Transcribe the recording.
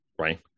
right